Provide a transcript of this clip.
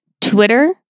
Twitter